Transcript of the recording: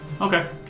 Okay